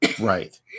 Right